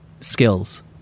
Skills